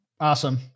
Awesome